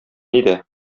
нидә